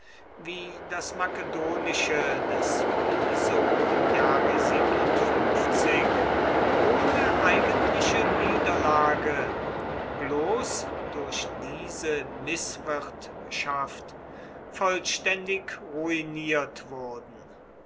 wie das makedonische des piso im jahre ohne eigentliche niederlage bloß durch diese mißwirtschaft vollständig ruiniert wurden